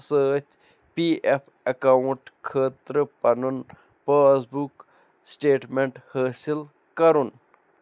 سۭتۍ P F account خٲطرٕ پَنُن پاس بُک سٹیٹمنٹ حٲصِل کرُن